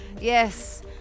Yes